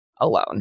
alone